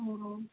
हाँ